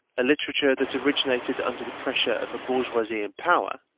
a literature that originated under the pressure of a bourgeoisie in power,